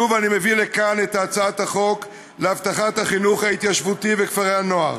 שוב אני מביא לכאן את הצעת החוק להבטחת החינוך ההתיישבותי וכפרי הנוער,